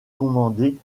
commandée